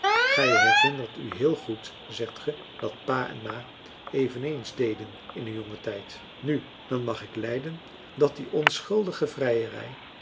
gij herinnert u heel goed zegt ge dat pa en ma eveneens deden in hun jongen tijd nu dan mag ik lijden dat die onschuldige vrijerij